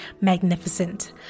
magnificent